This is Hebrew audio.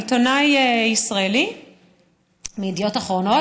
עיתונאי ישראלי מידיעות אחרונות,